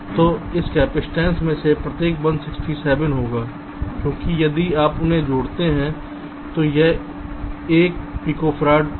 तो इस कपसिटंस में से प्रत्येक 167 होगा क्योंकि यदि आप उन्हें जोड़ते हैं तो यह 1 p f होगा